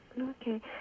Okay